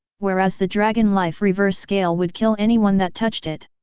whereas the dragon life reverse scale would kill anyone that touched it.